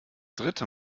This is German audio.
dritte